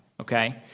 okay